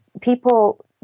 people